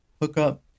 hookup